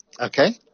okay